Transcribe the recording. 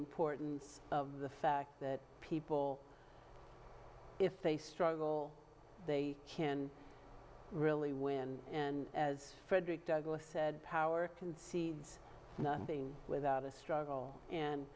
importance of the fact that people if they struggle they can really win and as frederick douglass said power can see it's not being without a struggle and